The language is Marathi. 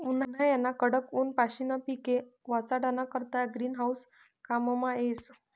उन्हायाना कडक ऊनपाशीन पिके वाचाडाना करता ग्रीन हाऊस काममा येस